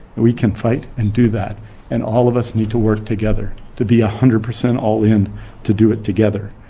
we can fight and do that and all of us need to work together to be one ah hundred percent all in to do it together.